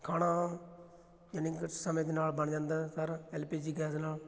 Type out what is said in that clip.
ਖਾਣਾ ਜਾਣੀ ਕਿ ਸਮੇਂ ਦੇ ਨਾਲ ਬਣ ਜਾਂਦਾ sir L P G gas ਨਾਲ